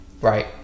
Right